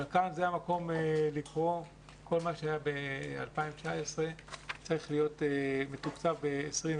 אבל זה המקום לקרוא לכך שכל מה שהיה ב-2019 צריך להיות מתוקצב ב-2020,